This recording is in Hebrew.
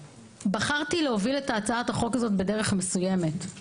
בחרתי להוביל את הצעת החוק הזו בדרך מסוימת.